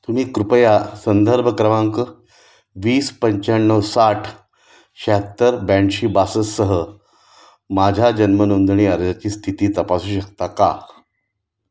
तुम्ही कृपया संदर्भ क्रमांक वीस पंच्याण्णव साठ शाहत्तर ब्याऐंशी बासष्टसह माझ्या जन्मनोंदणी अर्जाची स्थिती तपासू शकता का